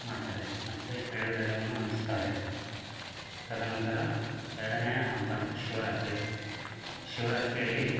ಮಾಡ್ತಾರೆ ಮತ್ತು ಎಳ್ಳು ಬೆಲ್ಲವನ್ನು ಹಂಚುತ್ತಾರೆ ತದನಂತರ ಎರಡನೇ ಹಬ್ಬ ಅಂದರೆ ಶಿವರಾತ್ರಿ ಶಿವರಾತ್ರಿಯಲ್ಲಿ